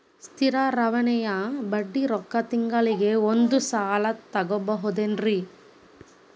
ಸ್ಥಿರ ಠೇವಣಿಯ ಬಡ್ಡಿ ರೊಕ್ಕ ತಿಂಗಳಿಗೆ ಒಂದು ಸಲ ತಗೊಬಹುದೆನ್ರಿ?